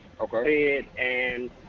okay